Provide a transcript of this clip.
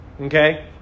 Okay